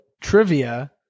trivia